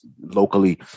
locally